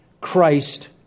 Christ